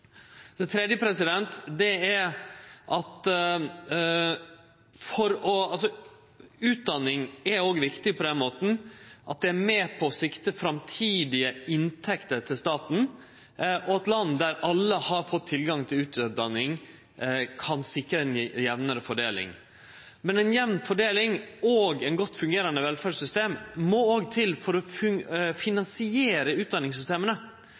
Det tredje er at utdanning òg er viktig på den måten at ho er med å sikre framtidige inntekter til staten, og eit land der alle har fått tilgang til utdanning, kan sikre ei jamnare fordeling. Men ei jamn fordeling og eit godt fungerande velferdssystem må òg til for å finansiere utdanningssystema.